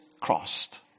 crossed